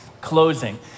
closing